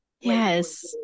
yes